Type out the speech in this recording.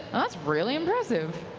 that's really impressive.